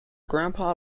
grandpa